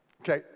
Okay